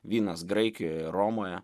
vynas graikijoje ir romoje